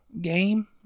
game